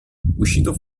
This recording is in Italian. uscito